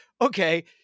okay